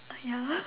ya